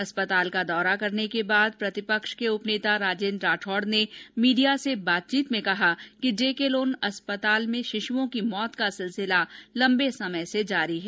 अस्पताल का दौरा करने के बाद प्रतिपक्ष के उप नेता राजेन्द्र राठौड़ ने मीडिया से बातचीत में कहा कि जे के लोन अस्पताल में शिशुओं की मौत का सिलसिला लंबे समय से जारी है